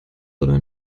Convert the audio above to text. oder